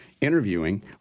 interviewing